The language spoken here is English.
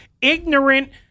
ignorant